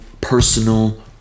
personal